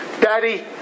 Daddy